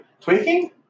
Tweaking